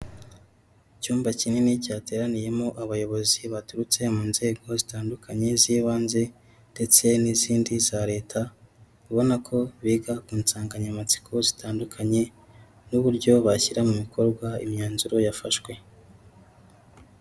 Icyumba kinini cyateraniyemo abayobozi baturutse mu nzego zitandukanye z'ibanze ndetse n'izindi za leta, ubona ko biga ku nsanganyamatsiko zitandukanye n'uburyo bashyira mu bikorwa imyanzuro yafashwe.